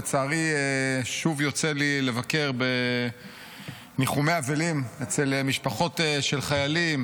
לצערי שוב יוצא לי לבקר בניחומי אבלים אצל משפחות של חיילים.